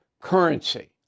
currency